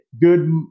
good